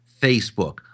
Facebook